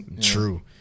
true